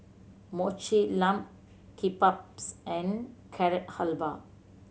Mochi Lamb Kebabs and Carrot Halwa